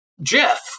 Jeff